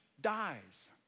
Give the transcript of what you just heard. dies